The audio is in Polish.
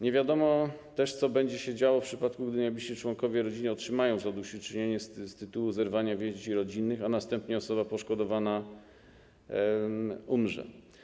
Nie wiadomo też, co będzie się działo w przypadku, gdy najbliżsi członkowie rodziny otrzymają zadośćuczynienie z tytułu zerwania więzi rodzinnych, a następnie osoba poszkodowana umrze.